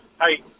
Hi